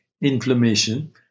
inflammation